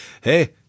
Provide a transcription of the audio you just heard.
hey